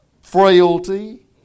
frailty